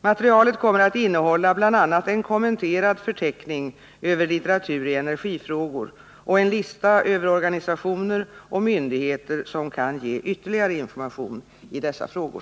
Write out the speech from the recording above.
Materialet kommer att innehålla bl.a. en kommenterad förteckning över litteratur i energifrågor och en lista över organisationer och myndigheter som kan ge ytterligare information i dessa frågor.